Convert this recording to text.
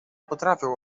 potrafią